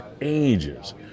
ages